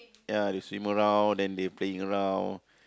ya they swim around they playing around